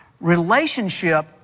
Relationship